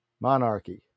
Monarchy